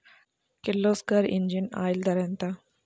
Kirloskar engine oil ధర ఎంత?